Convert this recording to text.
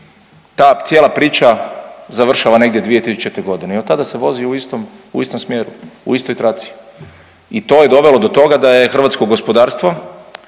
Ta cijela priča završava negdje 2000. godine i od tada se vozi u istom smjeru, u istoj traci i to je dovelo do toga da je hrvatsko gospodarstvo